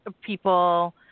people